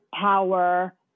power